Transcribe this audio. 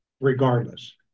regardless